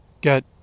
get